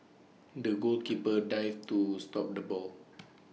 the goalkeeper dived to stop the ball